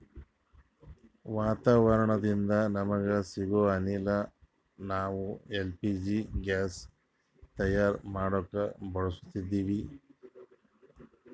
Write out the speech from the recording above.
ವಾತಾವರಣದಿಂದ ನಮಗ ಸಿಗೊ ಅನಿಲ ನಾವ್ ಎಲ್ ಪಿ ಜಿ ಗ್ಯಾಸ್ ತಯಾರ್ ಮಾಡಕ್ ಬಳಸತ್ತೀವಿ